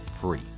free